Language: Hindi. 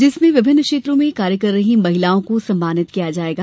जिसमें विभिन्न क्षेत्रों में कार्य कर रही महिलाओं को सम्मानित किया जायेगा